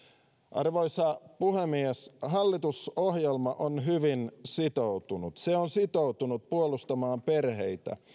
arvoisa puhemies hallitusohjelma on hyvin sitoutunut se on sitoutunut puolustamaan perheitä